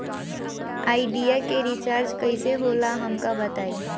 Idea के recharge कईसे होला हमका बताई?